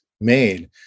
made